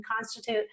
constitute